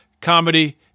comedy